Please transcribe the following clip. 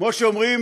כמו שאומרים,